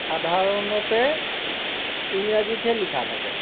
সাধাৰণতে ইংৰাজীতহে লিখা থাকে